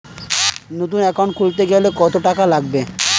নতুন একাউন্ট খুলতে গেলে কত টাকা লাগবে?